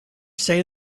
say